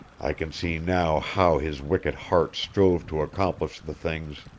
i can see now how his wicked heart strove to accomplish the things,